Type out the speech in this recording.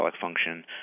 function